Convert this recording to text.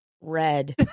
red